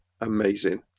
amazing